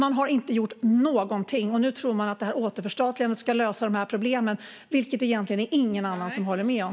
Man har inte gjort någonting, och nu tror man att ett återförstatligande ska lösa problemen. Det är det egentligen ingen annan som håller med om.